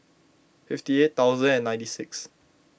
fifty eight thousand and ninety six